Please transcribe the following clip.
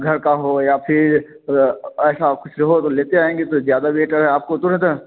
घर का हो या फिर ऐसा हो कुछ हो तो लेकर आएंगे तो ज़्यादा बेहतर है आपको तुरंत